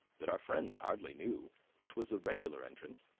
that our friends hardly knew which was the regular entrance,